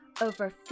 over